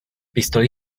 pistoli